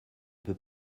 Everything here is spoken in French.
peut